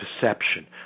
perception